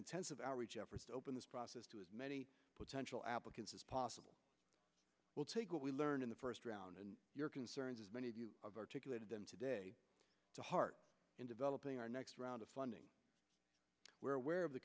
jefferson open this process to as many potential applicants as possible we'll take what we learned in the first round and your concerns as many of you of articulated them today to heart in developing our next round of funding were aware of the